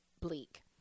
bleak